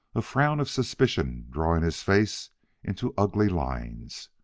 a frown of suspicion drawing his face into ugly lines.